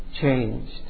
changed